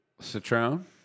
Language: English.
Citron